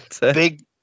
big